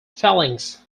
phalanx